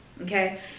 okay